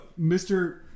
Mr